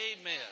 Amen